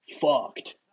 fucked